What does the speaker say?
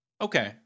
Okay